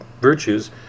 virtues